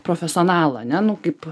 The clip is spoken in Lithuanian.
profesionalą ane nu kaip